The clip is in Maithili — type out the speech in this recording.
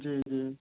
जी जी